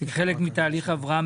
כחלק מהליך הבראה.